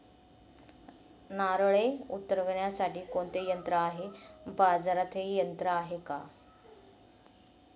नारळे उतरविण्यासाठी कोणते यंत्र आहे? बाजारात हे यंत्र आहे का?